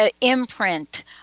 imprint